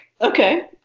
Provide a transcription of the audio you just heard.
Okay